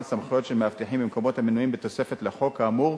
סמכויות של מאבטחים במקומות המנויים בתוספת לחוק האמור,